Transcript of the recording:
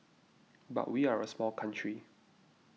but we are a small country